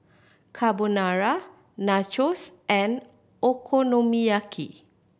Carbonara Nachos and Okonomiyaki